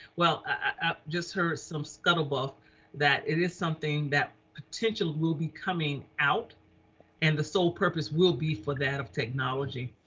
well, i just heard some scuttlebutt that it is something that potential will be coming out and the sole purpose will be for that of technology,